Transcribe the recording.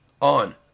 on